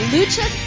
Lucha